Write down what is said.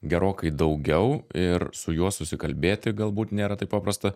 gerokai daugiau ir su juo susikalbėti galbūt nėra taip paprasta